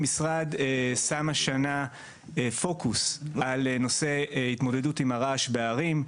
המשרד שם השנה פוקוס על נושא ההתמודדות עם הרעש בערים.